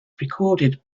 recorded